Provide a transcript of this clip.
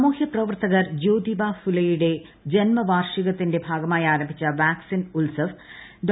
സാമൂഹ്യ പ്രവർത്തകർ ജ്യോതിബ ഫൂലെയുടെ ജന്മവാർഷികത്തിന്റെ ഭാഗമായി ആരംഭിച്ച വാക്സിൻ ഉത്സവ് ഡോ